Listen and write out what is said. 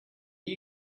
you